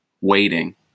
waiting